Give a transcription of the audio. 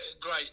great